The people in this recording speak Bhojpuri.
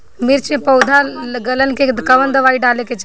मिर्च मे पौध गलन के कवन दवाई डाले के चाही?